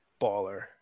Baller